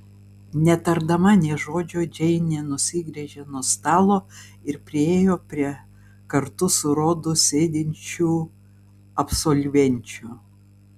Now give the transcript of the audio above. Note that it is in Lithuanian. netardama nė žodžio džeinė nusigręžė nuo stalo ir priėjo prie kartu su rodu sėdinčių absolvenčių